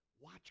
Watch